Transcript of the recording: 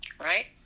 right